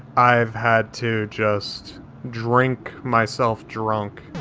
i've had to just drink myself drunk.